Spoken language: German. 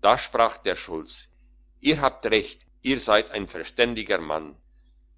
da sprach der schulz ihr habt recht ihr seid ein verständiger mann